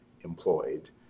Employed